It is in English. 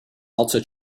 also